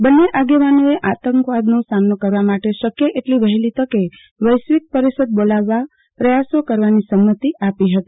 બંને આગેવાનોએ આતંકવાદનો સામનો કરવા માટે શક્ય એટલી વહેલી તકે વૈશ્વિક પરિષદ બોલાવવા પ્રયાસો કરવાની સંમતી આપી હતી